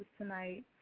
tonight